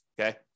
Okay